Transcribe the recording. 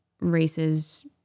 races